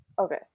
Okay